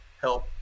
help